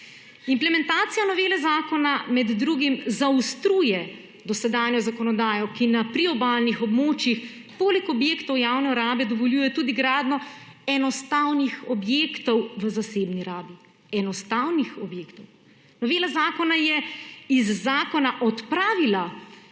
Implementacija novele zakona med drugim zaostruje dosedanjo zakonodajo, ki na priobalnih območjih poleg objektov javne rabe dovoljuje tudi gradnjo enostavnih objektov v zasebni rabi. Enostavnih objektov. Novela zakona je iz zakona odpravila